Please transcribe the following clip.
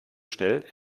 schnell